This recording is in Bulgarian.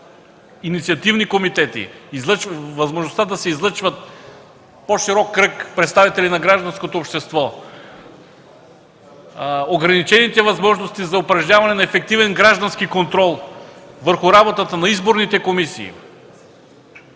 инициативни комитети, възможността да се излъчват по-широк кръг представители на гражданското общество, ограничените възможности за упражняване на ефективен граждански контрол върху работата на изборните комисии,